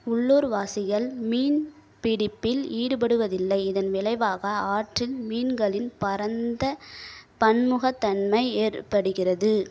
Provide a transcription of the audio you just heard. உள்ளூர்வாசிகள் மீன்பிடிப்பில் ஈடுபடுவதில்லை இதன் விளைவாக ஆற்றில் மீன்களின் பரந்த பன்முகத்தன்மை ஏற்படுகிறது